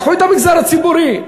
קחו את המגזר הציבורי.